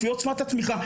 לפי עוצמת התמיכה.